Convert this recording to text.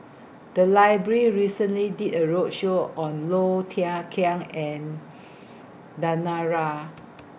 The Library recently did A roadshow on Low Thia Khiang and Danaraj